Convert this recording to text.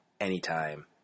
anytime